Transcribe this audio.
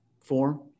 form